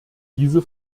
diese